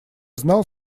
знал